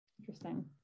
Interesting